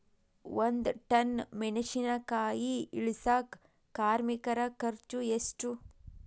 ಒಂದ್ ಟನ್ ಮೆಣಿಸಿನಕಾಯಿ ಇಳಸಾಕ್ ಕಾರ್ಮಿಕರ ಖರ್ಚು ಎಷ್ಟು?